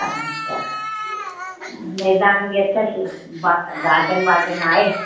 अछा मैदान बि अथसि ग गार्डन वाडन आहे